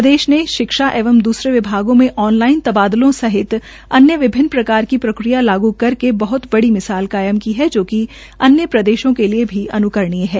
प्रदेश ने शिक्षा एवं द्रसरे विभागों में ऑनलाईन तबादलों सहित अन्य विभिन्न प्रकार की प्रक्रिया लागू करके बहत बड़ी मिसाल कायम की है जोकि अन्य प्रदेशों के लिए भी अन्करणीय है